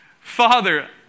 Father